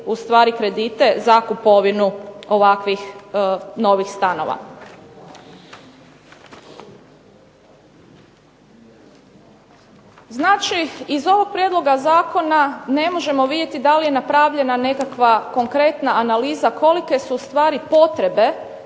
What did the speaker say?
ustvari kredite za kupovinu ovakvih novih stanova. Znači, iz ovog prijedloga zakona ne možemo vidjeti da li je napravljena nekakva konkretna analiza kolike su ustvari potrebe